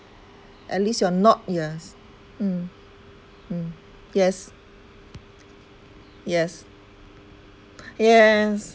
at least you are not yes mm mm yes yes